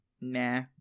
Nah